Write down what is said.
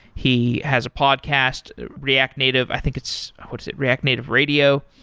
he has a podcast react native i think it's what is it? react native radio.